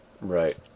right